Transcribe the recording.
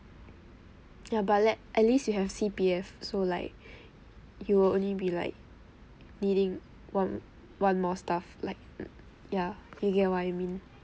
ya but let at least you have C_P_F so like you will only be like needing one one more stuff like yeah you get what I mean